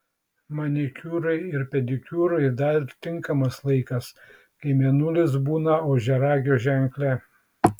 manikiūrui ir pedikiūrui dar tinkamas laikas kai mėnulis būna ožiaragio ženkle